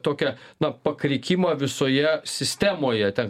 tokią na pakrikimą visoje sistemoje ten